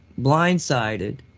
blindsided